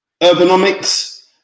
Urbanomics